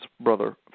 Brother